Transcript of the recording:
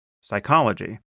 psychology